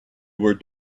where